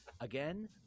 again